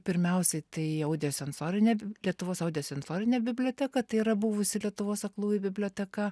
pirmiausiai tai audio sensorinė lietuvos audio sensorinė biblioteka tai yra buvusi lietuvos aklųjų biblioteka